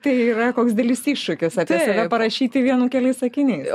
tai yra koks didelis iššūkis apie save parašyti vienu keliais sakiniais